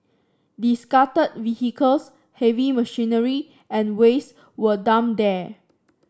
discarded vehicles heavy machinery and waste were dumped there